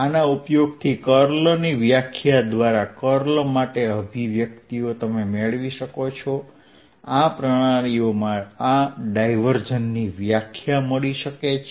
આના ઉપયોગથી કર્લની વ્યાખ્યા દ્વારા કર્લ માટે અભિવ્યક્તિઓ મેળવી શકાય છે આ પ્રણાલીઓમાં પણ ડાયવર્જન્સની વ્યાખ્યા મળી શકે છે